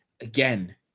Again